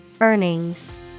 Earnings